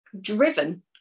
driven